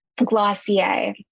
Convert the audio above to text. Glossier